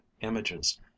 images